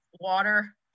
water